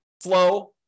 flow